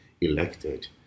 elected